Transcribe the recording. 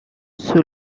sous